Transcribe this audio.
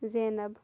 زینب